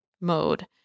mode